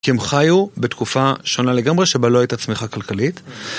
כי הם חיו בתקופה שונה לגמרי שבה לא הייתה צמיחה כלכלית.